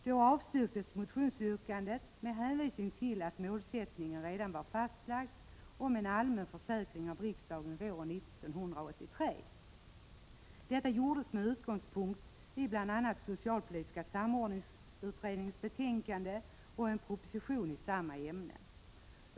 Då avslogs motionsyrkandet med hänvisning till att målsättningen om en allmän försäkring redan hade lagts fast av riksdagen våren 1983. Detta gjordes med utgångspunkt i bl.a. socialpolitiska samordningsutredningens betänkande och en proposition i samma ämne.